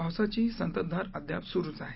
पावसाची संततधार अद्याप सुरूच आहे